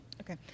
Okay